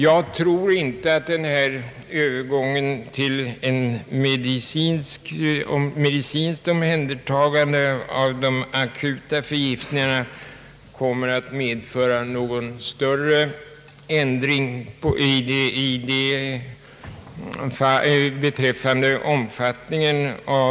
Jag tror inte att övergången till medicinskt omhändertagande av de akuta förgiftningarna kommer att medföra någon större ändring av alkoholmissbrukets omfattning.